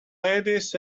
ladies